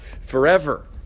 forever